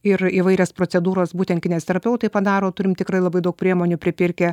ir įvairias procedūras būtent kineziterapeutai padaro turim tikrai labai daug priemonių pripirkę